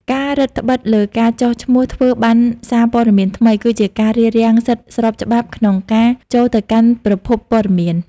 ការរឹតត្បិតលើការចុះឈ្មោះធ្វើប័ណ្ណសារព័ត៌មានថ្មី គឺជាការរារាំងសិទ្ធិស្របច្បាប់ក្នុងការចូលទៅកាន់ប្រភពព័ត៌មាន។